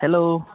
hello